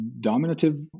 dominative